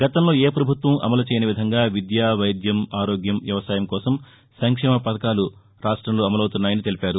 గతంలో ఏ ప్రభుత్వం అమలుచేయని విధంగా విద్య వైద్యం ఆరోగ్యం వ్యవసాయం కోసం సంక్షేమ కార్యక్రమాలు రాష్టంలో అమలవుతున్నాయని తెలిపారు